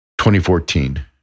2014